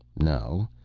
no.